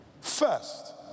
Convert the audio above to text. first